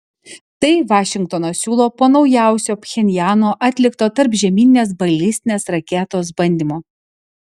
tai vašingtonas siūlo po naujausio pchenjano atlikto tarpžemyninės balistinės raketos bandymo